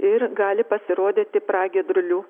ir gali pasirodyti pragiedrulių